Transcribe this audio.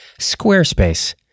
Squarespace